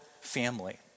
family